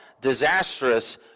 disastrous